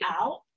out